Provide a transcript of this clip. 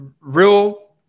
Real